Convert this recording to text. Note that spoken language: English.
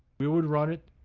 we would run it.